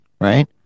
right